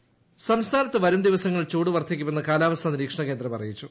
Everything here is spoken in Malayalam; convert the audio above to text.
ചൂട് സംസ്ഥാനത്ത് വരും ദിവസങ്ങളിൽ ചൂട് വർദ്ധിക്കുമെന്ന് കാലാവസ്ഥാ നിരീക്ഷണകേന്ദ്രം അറിയിച്ചു